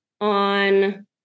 on